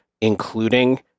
including